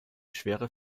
schwere